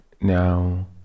Now